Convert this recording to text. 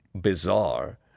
bizarre